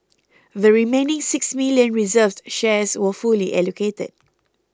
the remaining six million reserved shares were fully allocated